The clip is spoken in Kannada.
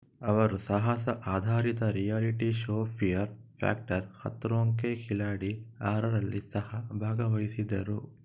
ಅವರು ಸಾಹಸ ಆಧಾರಿತ reality show fear factor Khatron ke Khiladi ಆರರಲ್ಲಿ ಸಹ ಭಾಗವಹಿಸಿದರು